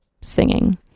singing